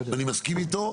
ואני מסכים איתו,